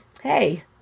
hey